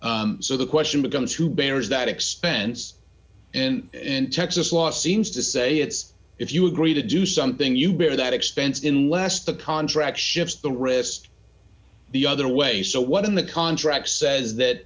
walls so the question becomes who bears that expense in texas law seems to say it's if you agree to do something you bear that expense in less the contract ships the wrist the other way so what in the contract says that